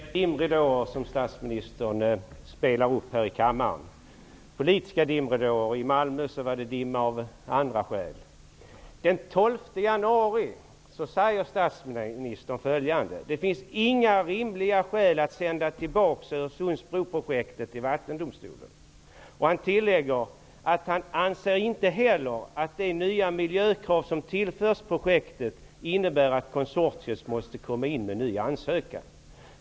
Fru talman! Det är politiska dimridåer som statsministern spelar upp här i kammaren. I Malmö var det dimma av andra skäl. Den 12 januari sade statsministern följande: Det finns inga rimliga skäl att sända tillbaka Öresundsbroprojektet till Vattendomstolen. Han tillade att han inte heller ansåg att de nya miljökrav som tillförts projektet innebar att konsortiet måste komma in med en nya ansökan.